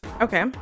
okay